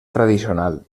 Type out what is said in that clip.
tradicional